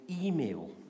email